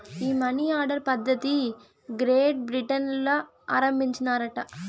ఈ money order పద్ధతిది Great Britain ల ఆరంబించినారట